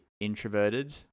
introverted